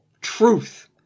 truth